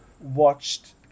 watched